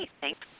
thanks